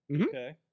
okay